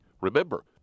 Remember